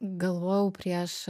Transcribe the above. galvojau prieš